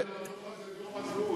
הדוח הזה דוח הזוי.